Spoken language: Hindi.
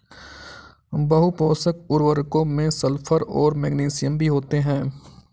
बहुपोषक उर्वरकों में सल्फर और मैग्नीशियम भी होते हैं